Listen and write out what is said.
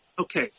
okay